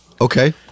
Okay